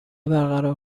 برقرار